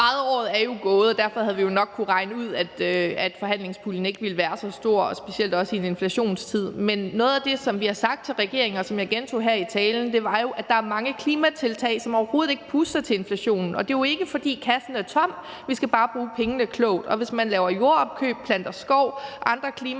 året er jo gået, og derfor havde vi nok kunnet regne ud, at forhandlingspuljen ikke ville være så stor, specielt når vi også er i en inflationstid. Men noget af det, som vi har sagt til regeringen, og som jeg gentog her i talen, er jo også, at der er mange klimatiltag, som overhovedet ikke puster til inflationen, og det er jo ikke, fordi kassen er tom. Men vi skal bare bruge pengene klogt, og hvis man planter skov, laver jordopkøb og andre klimatiltag